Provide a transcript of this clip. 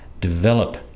develop